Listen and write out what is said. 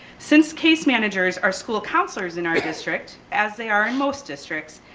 since case managers are school counselors in our district, as they are in most districts,